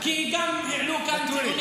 אתה לא מתייחס